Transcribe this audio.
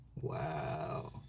wow